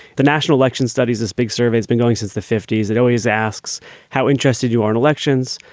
the national election studies, this big survey has been going since the fifty s. it always asks how interested you are in elections.